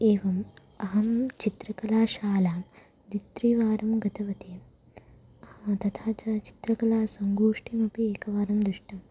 अहम् अहं चित्रकलाशालां द्वित्रिवारं गतवती हा तथा च चित्रकला सङ्गोष्ठीमपि एकवारं दृष्टम्